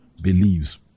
believes